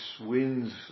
winds